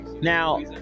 Now